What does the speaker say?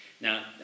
Now